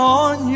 on